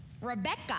Rebecca